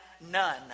none